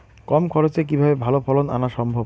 কম খরচে কিভাবে ভালো ফলন আনা সম্ভব?